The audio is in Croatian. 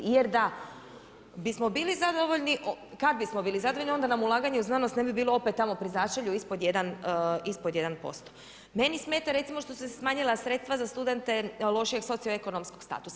Jer da bismo bili zadovoljni, kad bismo bili zadovoljni, onda nam ulaganje u znanost, ne bi bilo opet tamo pri začelju ispod 1% Meni smeta recimo što se smanjila sredstva za studente lošije socio-ekonomskog statusa.